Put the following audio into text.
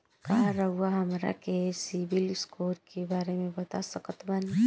का रउआ हमरा के सिबिल स्कोर के बारे में बता सकत बानी?